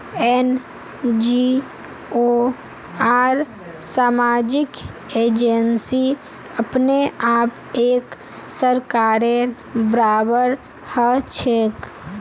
NGO आर सामाजिक agency अपने आप एक सरकारेर बराबर हछेक